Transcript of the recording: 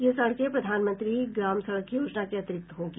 ये सड़कें प्रधानमंत्री ग्राम सड़क योजना के अतिरिक्त होगी